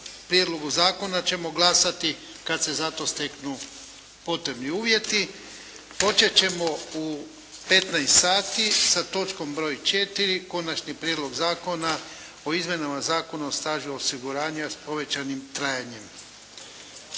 prijedlogu zakona ćemo glasati kad se za to steknu potrebni uvjeti. Počet ćemo u 15 sati sa točkom broj 4. – Konačni prijedlog Zakona o izmjenama Zakona o stažu osiguranja s povećanim trajanjem.